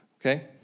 Okay